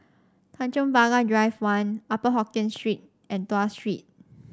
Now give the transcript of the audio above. Tanjong Pagar Drive One Upper Hokkien Street and Tuas Street